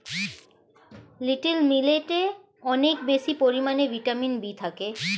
little মিলেটে অনেক বেশি পরিমাণে ভিটামিন বি থাকে